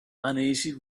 uneasy